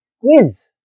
Quiz